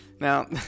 Now